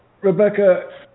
Rebecca